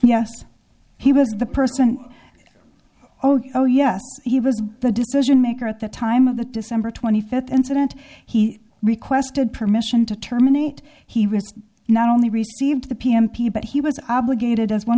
yes he was the person oh oh yes he was the decision maker at the time of the december twenty fifth incident he requested permission to terminate he was not only received the pm p but he was obligated as one